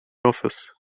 office